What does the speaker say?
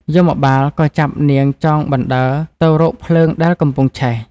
យមបាលក៏ចាប់នាងចងបណ្តើរទៅរកភ្លើងដែលកំពុងឆេះ ។